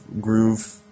groove